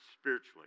spiritually